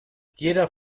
jeder